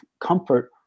comfort